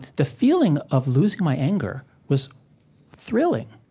the feeling of losing my anger was thrilling.